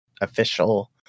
official